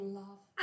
love